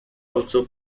also